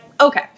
okay